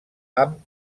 amb